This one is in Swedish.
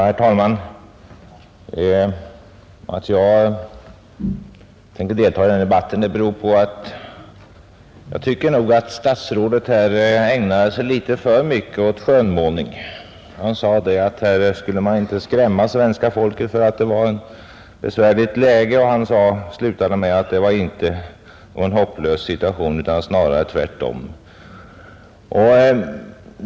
Herr talman! Att jag tänker delta i denna debatt beror på att jag tycker att statsrådet här ägnar sig litet för mycket åt skönmålning. Han sade att vi inte skulle skrämma svenska folket med att vi har ett besvärligt läge, och han slutade med att situationen inte var hopplös, snarare tvärtom.